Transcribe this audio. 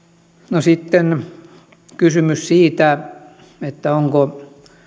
sitten kysymys siitä onko